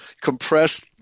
compressed